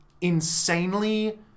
insanely